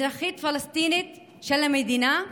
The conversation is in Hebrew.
אזרחית פלסטינית של המדינה,